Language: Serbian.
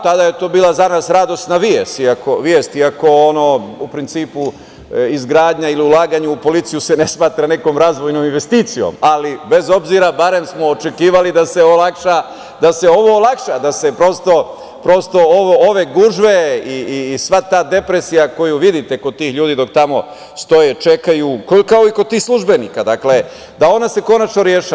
Tada je to bila za nas radosna vest, iako u principu izgradnja ili ulaganje u policiju se ne smatra nekom razvojnom investicijom, ali bez obzira, barem smo očekivali da se ovo olakša, da se prosto ove gužve i sva ta depresija koju vidite kod tih ljudi dok tamo stoje, čekaju, kao i kod tih službenika, da ona se konačno rešava.